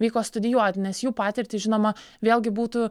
vyko studijuoti nes jų patirtį žinoma vėlgi būtų